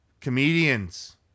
comedians